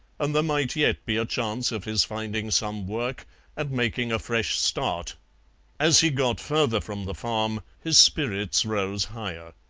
and there might yet be a chance of his finding some work and making a fresh start as he got further from the farm his spirits rose higher.